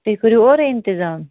تُہۍ کٔروٕ اورے اِنتظام